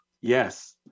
Yes